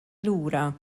lura